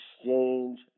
exchange